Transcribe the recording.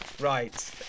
Right